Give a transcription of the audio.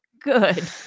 Good